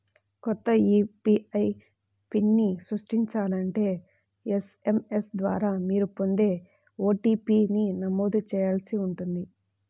కొత్త యూ.పీ.ఐ పిన్ని సృష్టించాలంటే ఎస్.ఎం.ఎస్ ద్వారా మీరు పొందే ఓ.టీ.పీ ని నమోదు చేయాల్సి ఉంటుంది